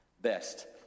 best